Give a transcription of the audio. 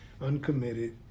uncommitted